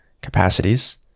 capacities